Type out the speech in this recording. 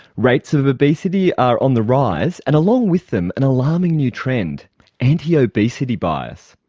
rates of obesity are on the rise, and along with them an alarming new trend anti-obesity bias.